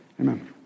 amen